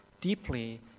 deeply